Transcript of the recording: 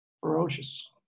ferocious